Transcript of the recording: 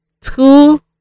Two